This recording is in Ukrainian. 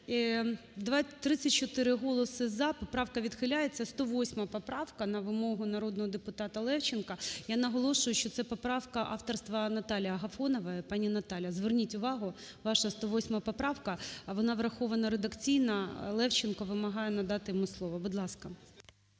13:41:04 За-34 Поправка відхиляється. 108 поправка, на вимогу народного депутата Левченка, я наголошую, що це поправка Наталії Агафонової. Пані Наталя, зверніть увагу, ваша 108 поправка, вона врахована редакційно. Левченко вимагає надати йому слово. Будь ласка.